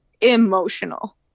emotional